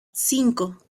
cinco